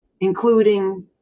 including